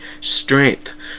strength